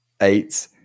eight